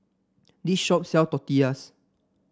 this shop sell Tortillas